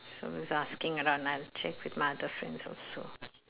so was asking around I'll check with my other friends also